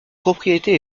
propriétés